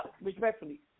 respectfully